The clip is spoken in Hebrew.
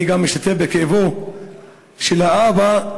אני גם משתתף בכאבו של האבא,